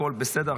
הכול בסדר.